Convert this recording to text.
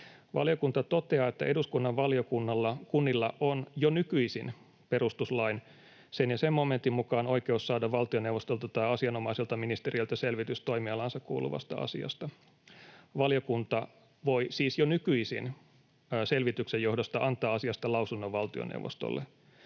”Valiokunta toteaa, että eduskunnan valiokunnilla on jo nykyisin perustuslain” — sen ja sen momentin — ”mukaan oikeus saada valtioneuvostolta tai asianomaiselta ministeriöltä selvitys toimialaansa kuuluvasta asiasta. Valiokunta voi” — siis jo nykyisin — ”selvityksen johdosta antaa asiasta lausunnon valtioneuvostolle.